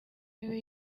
ntebe